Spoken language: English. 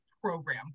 program